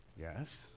Yes